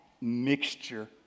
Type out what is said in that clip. mixture